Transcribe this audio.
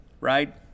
right